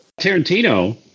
Tarantino